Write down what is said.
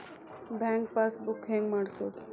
Bank passbook ಹೆಂಗ್ ಮಾಡ್ಸೋದು?